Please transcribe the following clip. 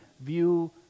view